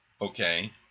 Okay